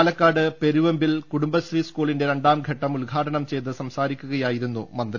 പാലക്കാട് പെരുവെമ്പിൽ കുടുംബശ്രീ സ് കൂളിന്റെ രണ്ടാം ഘട്ടം ഉദ് ഘാടനം ചെയ് തു സംസാരിക്കുകയായിരുന്നു മന്ത്രി